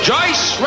Joyce